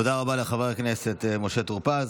תודה רבה לחבר הכנסת משה טור פז.